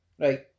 right